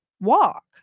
walk